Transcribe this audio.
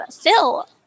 Phil